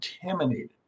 contaminated